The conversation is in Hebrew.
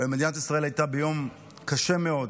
מדינת ישראל הייתה ביום קשה מאוד,